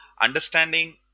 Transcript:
understanding